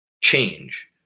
change